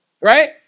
Right